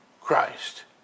Christ